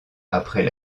après